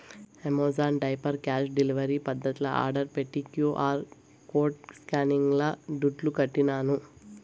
Amazon diaper cash delivery పద్దతిల order పెట్టి QR code స్కానింగ్ల దుడ్లుకట్టినాను